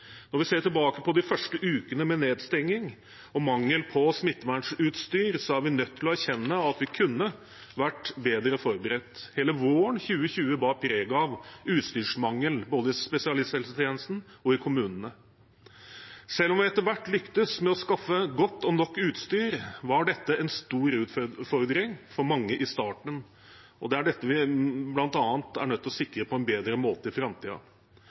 Når vi ser tilbake på de første ukene, med nedstenging og mangel på smittevernutstyr, er vi nødt til å erkjenne at vi kunne vært bedre forberedt. Hele våren 2020 bar preg av utstyrsmangel, både i spesialisthelsetjenesten og i kommunene. Selv om vi etter hvert lyktes med å skaffe godt og nok utstyr, var dette en stor utfordring for mange i starten, og det er dette vi bl.a. er nødt til å sikre på en bedre måte i